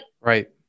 Right